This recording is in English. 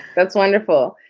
that's wonderful.